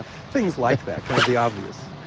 things like that, kind of the obvious.